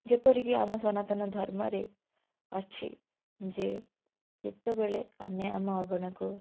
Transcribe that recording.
ଯେପରିକି ଆମ ସନାତନ ଧର୍ମରେ ଅଛି ଯେ ଯେତେବେଳେ ଆମେ ଆମ ଅଗଣାକୁ